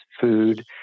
food